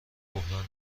بحران